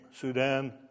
Sudan